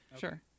Sure